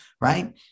right